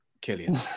killian